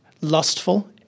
Lustful